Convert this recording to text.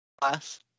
class